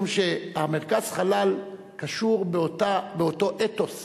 משום שמרכז החלל קשור באותו אתוס